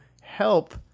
help